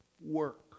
work